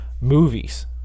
movies